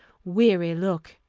weary look.